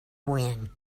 when